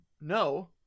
no